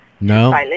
No